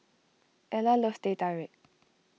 Ella loves Teh Tarik